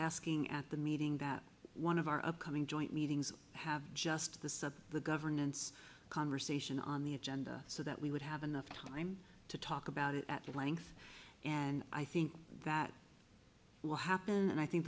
asking at the meeting that one of our upcoming joint meetings have just the sub the governance conversation on the agenda so that we would have enough time to talk about it at length and i think that will happen and i think